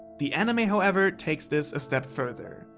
the anime, however, takes this a step further.